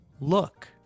look